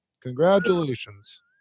Congratulations